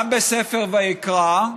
גם בספר ויקרא,